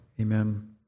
Amen